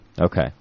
Okay